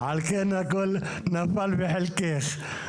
על כן הכול נפל בחלקך.